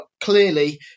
clearly